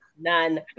none